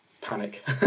panic